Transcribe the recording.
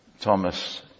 Thomas